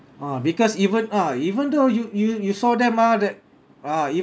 ah because even ah even though you you you saw them ah that ah